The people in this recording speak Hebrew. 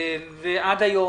עד היום,